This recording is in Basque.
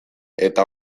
eta